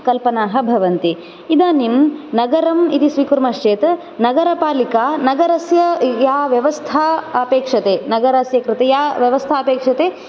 कल्पनाः भवन्ति इदानीं नगरम् इति स्वीकुर्मश्चेत् नगरपालिका नगरस्य या व्यवस्था अपेक्षते नगरस्य कृते या व्यवस्था अपेक्षते